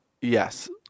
yes